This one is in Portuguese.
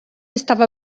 estava